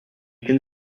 can